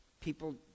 people